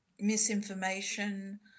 misinformation